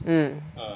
mm